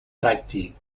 pràctic